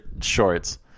shorts